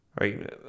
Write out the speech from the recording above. right